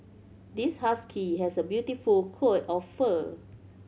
this husky has a beautiful coat of fur